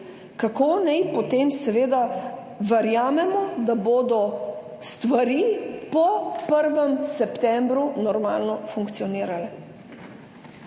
Kako naj potem seveda verjamemo, da bodo stvari po 1. septembru normalno funkcionirale?